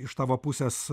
iš tavo pusės